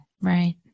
right